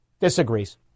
disagrees